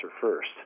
first